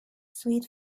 sweet